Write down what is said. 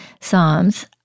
Psalms